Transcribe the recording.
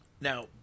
Now